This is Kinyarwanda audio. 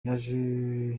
yaje